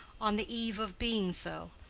on the eve of being so.